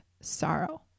sorrow